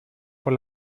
por